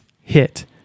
hit